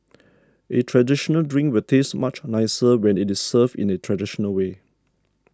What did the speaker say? a traditional drink will taste much nicer when it is served in the traditional way